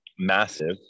massive